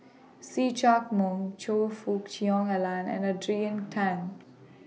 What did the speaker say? See Chak Mun Choe Fook Cheong Alan and Adrian Tan